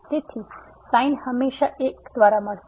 તેથી sin હંમેશાં 1 દ્વારા મળશે